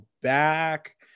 back